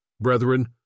Brethren